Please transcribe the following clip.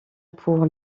pour